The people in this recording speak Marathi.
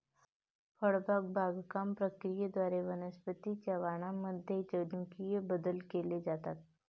फळबाग बागकाम प्रक्रियेद्वारे वनस्पतीं च्या वाणांमध्ये जनुकीय बदल केले जातात